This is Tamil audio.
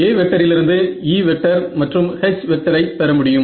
A லிருந்து E மற்றும் H ஐ பெறமுடியும்